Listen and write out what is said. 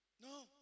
No